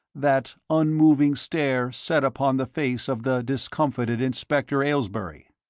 that unmoving stare set upon the face of the discomfited inspector aylesbury.